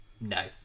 no